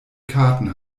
karten